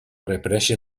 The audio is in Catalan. reaparèixer